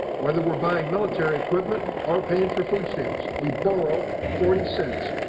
whether we're buying military equipment or paying for food stamps. we borrow forty cents.